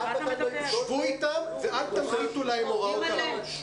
שבו איתם ואל תנחיתו להם הוראות על הראש.